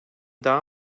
daha